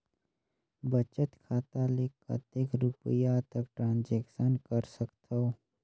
बचत खाता ले कतेक रुपिया तक ट्रांजेक्शन कर सकथव?